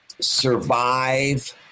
survive